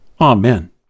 Amen